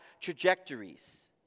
trajectories